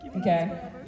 Okay